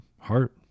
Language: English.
heart